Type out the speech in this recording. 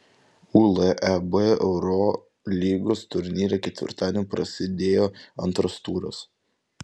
uleb eurolygos turnyre ketvirtadienį prasidėjo antras turas